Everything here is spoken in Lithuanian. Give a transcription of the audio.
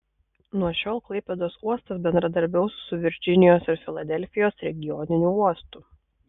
nuo šiol klaipėdos uostas bendradarbiaus su virdžinijos ir filadelfijos regioniniu uostu